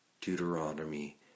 Deuteronomy